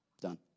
Done